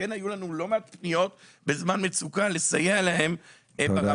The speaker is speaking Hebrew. היו לנו לא מעט פניות לסייע להם בזמן מצוקה,